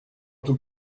tout